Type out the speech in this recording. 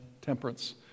temperance